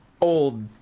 old